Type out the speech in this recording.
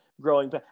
growing